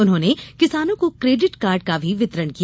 उन्होंने किसानों को क्रेडिट कार्ड का भी वितरण किया